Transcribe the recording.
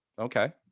Okay